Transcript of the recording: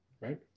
Right